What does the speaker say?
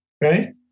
right